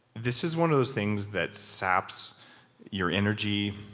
this is one of those things that saps your energy,